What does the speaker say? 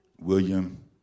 William